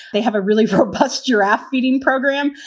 they have a really robust giraffe feeding program.